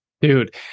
Dude